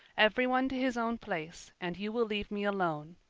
everyone to his own place, and you will leave me alone.